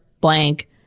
blank